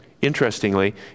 interestingly